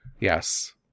Yes